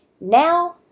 Now